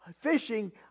fishing